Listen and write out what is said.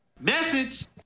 message